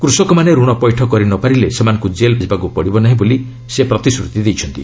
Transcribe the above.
କୃଷକମାନେ ଋଣ ପୈଠ କରିନପାରିଲେ ସେମାନଙ୍କୁ କେଲ୍ ଯିବାକୁ ପଡ଼ିବ ନାହିଁ ବୋଲି ମଧ୍ୟ ସେ ପ୍ରତିଶ୍ରତି ଦେଇଛନ୍ତି